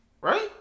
Right